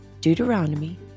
Deuteronomy